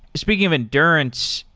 speaking of endurance,